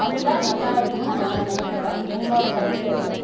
வந்தால் நல்லா இருக்குன்னு நாங்கள் நினைக்கிறோம் எங்களோட கருத்து அது